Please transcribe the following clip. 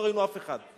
לא ראינו אף אחד.